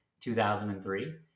2003